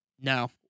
No